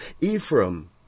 Ephraim